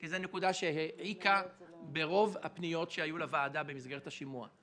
כי זו נקודה שהעיקה ברוב הפניות שהיו לוועדה במסגרת השימוע.